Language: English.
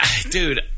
dude